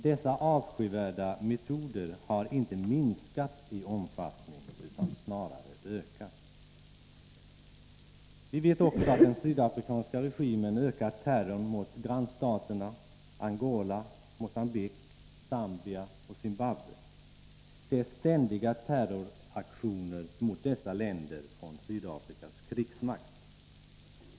Dessa avskyvärda metoder har inte minskat i omfattning utan snarare ökat. Vi vet också att den sydafrikanska regimen ökat terrorn mot grannstaterna, Angola, Mogambique, Zambia och Zimbabwe. Det förekommer ständigt terroraktioner mot dessa länder från Sydafrikas krigsmakt.